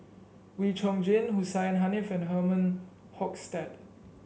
Wee Chong Jin Hussein Haniff and Herman Hochstadt